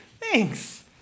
thanks